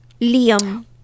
Liam